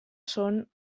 són